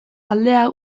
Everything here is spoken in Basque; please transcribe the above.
aldea